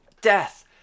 Death